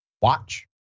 watch